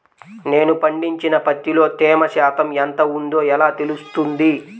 నేను పండించిన పత్తిలో తేమ శాతం ఎంత ఉందో ఎలా తెలుస్తుంది?